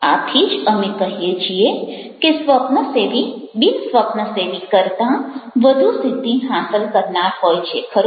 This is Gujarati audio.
આથી જ અમે કહીએ છીએ કે સ્વપ્નસેવી બિન સ્વપ્નસેવી કરતાં વધુ સિદ્ધિ હાંસલ કરનાર હોય છે ખરું